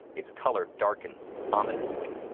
its color darkens ominously,